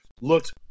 looked